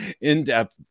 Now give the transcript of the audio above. in-depth